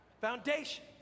Foundation